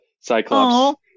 Cyclops